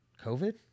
COVID